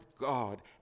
God